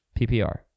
PPR